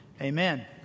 Amen